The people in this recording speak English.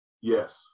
Yes